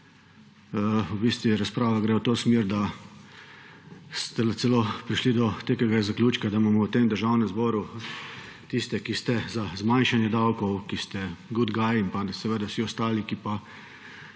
V bistvu gre razprava v to smer, da ste celo prišli do zaključka, da imamo v tem državnem zboru tiste, ki ste za zmanjšanje davkov, ki ste good guys, in vse ostale, ki pa